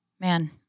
man